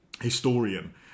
historian